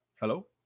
Hello